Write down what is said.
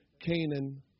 Canaan